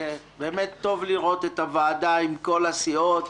באמת טוב לראות את הוועדה עם כל הסיעות.